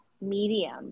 medium